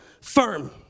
firm